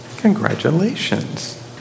Congratulations